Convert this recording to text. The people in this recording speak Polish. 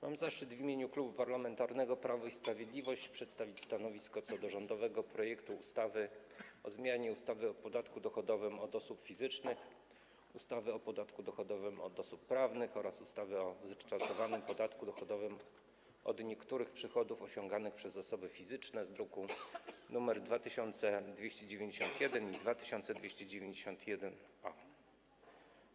Mam zaszczyt w imieniu Klubu Parlamentarnego Prawo i Sprawiedliwość przedstawić stanowisko wobec rządowego projektu ustawy o zmianie ustawy o podatku dochodowym od osób fizycznych, ustawy o podatku dochodowym od osób prawnych oraz ustawy o zryczałtowanym podatku dochodowym od niektórych przychodów osiąganych przez osoby fizyczne, druki nr 2291 i 2291-A.